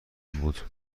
بود